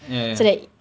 ya ya